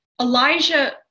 Elijah